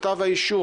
זה בכתב האישום.